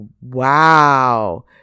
wow